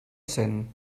cent